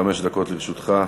חמש דקות לרשותך.